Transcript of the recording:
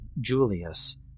Julius